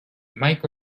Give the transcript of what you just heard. mike